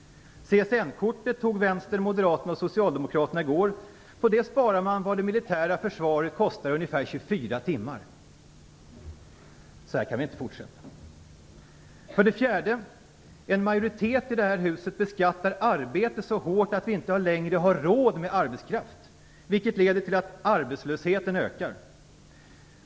CSN-kortet tog Vänstern, Moderaterna och Socialdemokraterna bort i går. På det sparar man vad det militära försvaret kostar i ungefär 24 timmar. Så kan vi inte fortsätta. För det fjärde: En majoritet i detta hus beskattar arbete så hårt att vi inte längre har råd med arbetskraft, vilket leder till att arbetslösheten ökar.